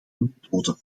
methode